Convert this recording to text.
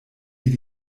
hier